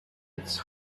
its